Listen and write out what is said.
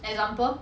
example